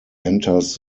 enters